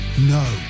no